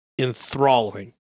enthralling